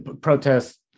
protests